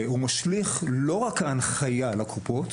משליך לא רק על ההנחיה לקופות,